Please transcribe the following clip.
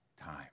time